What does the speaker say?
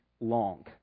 long